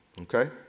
okay